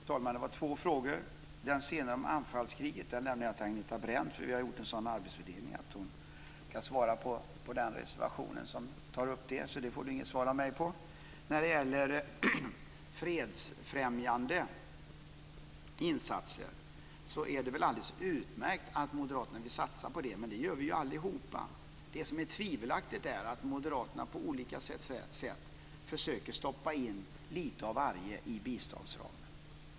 Fru talman! Det var två frågor. Den senare, om anfallskrig, lämnar jag till Agneta Brendt. Vi har gjort en sådan arbetsfördelning att hon svarar i fråga om den reservation som tar upp det, så där får Bertil Persson inget svar av mig. När det gäller fredsfrämjande insatser är det alldeles utmärkt att moderaterna vill satsa på det. Men det gör vi ju allihop. Det som är tvivelaktigt är att moderaterna på olika sätt försöker stoppa in lite av varje i biståndsramen.